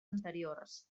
anteriors